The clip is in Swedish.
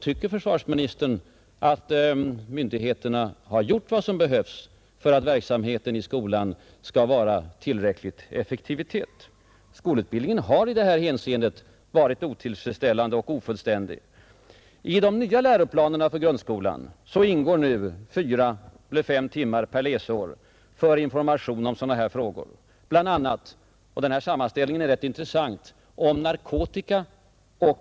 Tycker försvarsministern verkligen att myndigheterna har gjort vad som behövs för att den verksamheten skall bli tillräckligt effektiv i skolan? Skolutbildningen har i det avseendet varit otillfredsställande och ofullständig. I de nya läroplanerna för grundskolan ingår nu fyra eller fem timmar per läsår för information om bl.a. sådana frågor som narkotika och totalförsvar. Det är för övrigt en ganska intressant sammanställning.